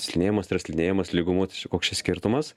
slidinėjimas yra slidinėjimas lygumų tai čia koks čia skirtumas